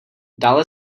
dále